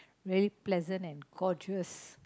very pleasant and courteous